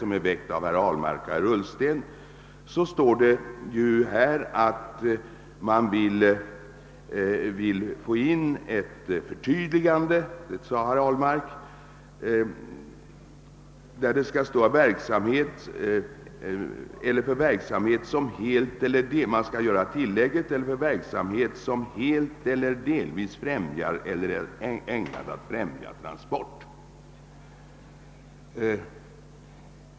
I herrar Ahlmarks och Ullstens motion sägs att man vill få in ett förtydligande — det sade herr Ahlmark — genom tilllägget »eller för verksamhet som helt eller delvis främjar eller är ägnad att främja transport».